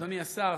אדוני השר,